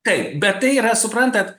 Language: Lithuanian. taip bet tai yra suprantat